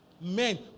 Men